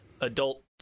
adult